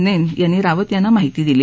नस्त्यांनी रावत यांना माहिती दिली